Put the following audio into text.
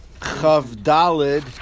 Chavdalid